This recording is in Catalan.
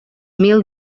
mil